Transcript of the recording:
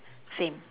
same